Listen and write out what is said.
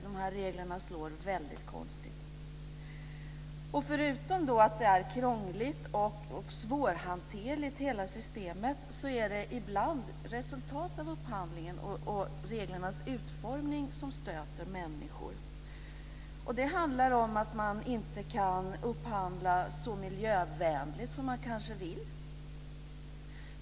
De här reglerna slår väldigt konstigt. Förutom att hela systemet är krångligt och svårhanterligt är det ibland resultatet av upphandling och reglernas utformning som stöter människor. Det handlar om att man inte kan upphandla så miljövänligt som man kanske vill.